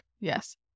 Yes